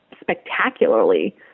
spectacularly